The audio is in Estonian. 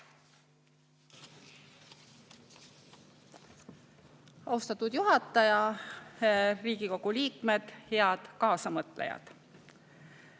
Austatud juhataja! Riigikogu liikmed! Head kaasamõtlejad!